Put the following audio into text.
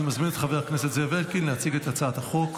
אני מזמין את חבר הכנסת זאב אלקין להציג את הצעת החוק.